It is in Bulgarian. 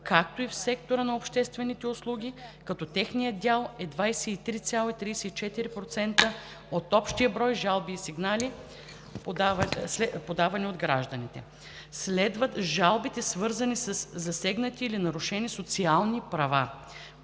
както и в сектора на обществените услуги, като техният дял е 23,34% от общия брой жалби и сигнали, следвани от жалбите, свързани със засегнати или нарушени социални права,